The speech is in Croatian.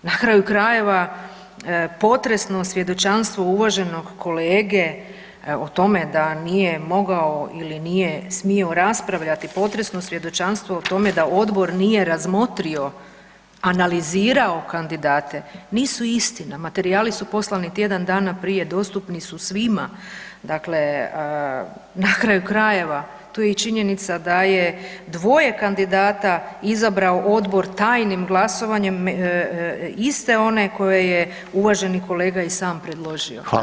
Na kraju krajeva, potresno svjedočanstvo uvaženog kolege o tome da nije mogao ili nije smio raspravljati, potresno svjedočanstvo o tome da odbor nije razmotrio, analizirao kandidate, nisu istina, materijali su poslani tjedan dana prije, dostupni su svima, dakle na kraju krajeva, tu je i činjenica da je dvoje kandidata izabrao odbor tajnim glasovanjem iste one koje je uvaženi kolega i sam predložio.